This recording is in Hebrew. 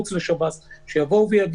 בואו נרענן לרגע את הנתונים האלה על מנת